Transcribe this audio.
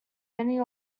many